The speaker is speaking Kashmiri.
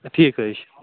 ٹھیٖک حظ چھُ